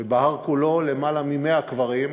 ובהר כולו, למעלה מ-100 קברים.